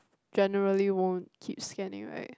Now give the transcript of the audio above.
generally won't keep scanning right